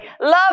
Love